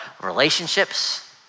Relationships